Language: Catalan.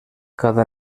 cada